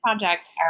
project